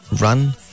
run